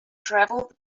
travelled